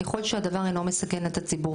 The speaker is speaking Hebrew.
ככל שהדבר אינו מסכן את הציבור.